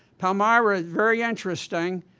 palmyra is very interesting.